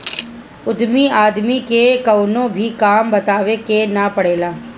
उद्यमी आदमी के कवनो भी काम बतावे के ना पड़ेला